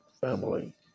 family